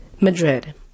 Madrid